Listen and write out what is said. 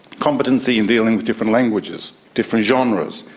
competency in dealing with different languages, different genres,